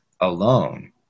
alone